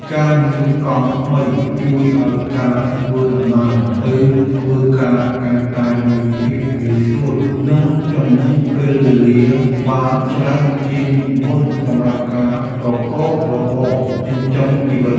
ការមានកង់ថ្មីជួយឱ្យការធ្វើដំណើរទៅធ្វើការកាន់តែមានភាពងាយស្រួលនិងចំណេញពេលវេលាបានច្រើនជាងមុនសម្រាប់ការប្រកបរបរចិញ្ចឹមជីវិត។